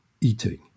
eating